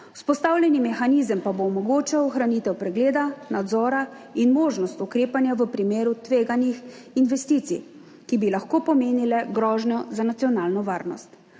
Vzpostavljeni mehanizem pa bo omogočal ohranitev pregleda, nadzora in možnost ukrepanja v primeru tveganih investicij, ki bi lahko pomenile grožnjo za nacionalno varnost.